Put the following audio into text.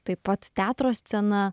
taip pat teatro scena